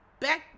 back